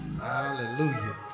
Hallelujah